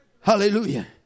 Hallelujah